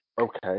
okay